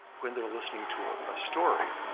when they're listening to a ah story,